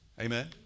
Amen